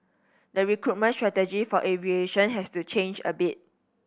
the recruitment strategy for aviation has to change a bit